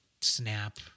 snap